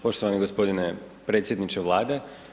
Poštovani gospodine predsjedniče Vlade.